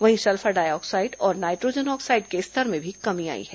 वहीं sulphur dioxide और nitrogen oxide के स्तर में भी कमी आई है